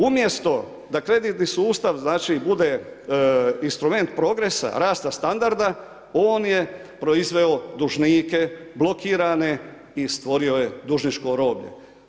Umjesto da kreditni sustav bude instrument progresa, rasta standarda, on je proizveo dužnike, blokirane i stvorio je dužničko roblje.